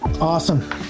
Awesome